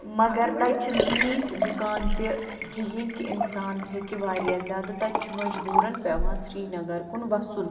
مگر تَتہِ چھِ نہٕ تیٖتۍ دُکان تہِ کِہیٖنۍ کہِ اِنسان ہیٚکہِ واریاہ زیادٕ تَتہِ چھُ مجبوٗرَن پیٚوان سرینَگَر کُن وَسُن